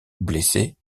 blessé